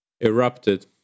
erupted